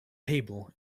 table